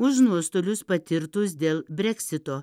už nuostolius patirtus dėl breksito